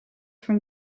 from